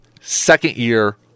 second-year